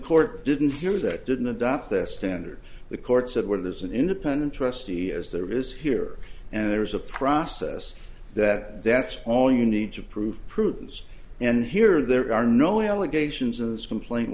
court didn't hear that didn't adopt that standard the court said where there's an independent trustee as there is here and there is a process that that's all you need to prove prudence and here there are no allegations in this complaint